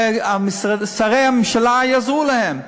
ושרי הממשלה יעזרו להם.